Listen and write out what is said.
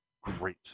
great